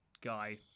guy